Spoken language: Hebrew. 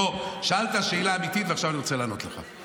בוא, שאלת שאלה אמיתית, ועכשיו אני רוצה לענות לך.